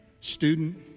student